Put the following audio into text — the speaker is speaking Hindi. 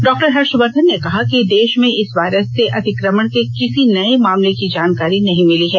डॉक्टर हर्षवर्धन ने कहा कि हालांकि देश में इस वायरस से संक्रमण के किसी नए मामले की जानकारी नहीं मिलीं है